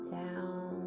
down